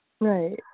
Right